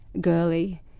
girly